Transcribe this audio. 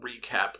recap